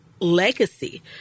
legacy